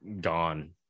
gone